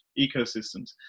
ecosystems